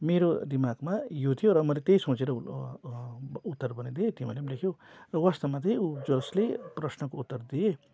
मेरो दिमागमा यो थियो र मैले त्यही सोचेर ल अब उत्तर बनाइदिएँ तिमीहरूले पनि लेख्यौ तर वास्तवमा उ जसले प्रश्नको उत्तर दिए